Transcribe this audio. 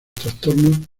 trastornos